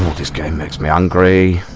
game makes me angry